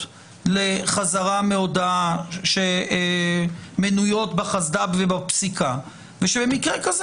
לחזרה מהודאה שמנויות בחסד"פ ובפסיקה ושבמקרה כזה